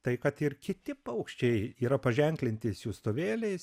tai kad ir kiti paukščiai yra paženklinti siųstuvėliais